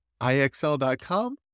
IXL.com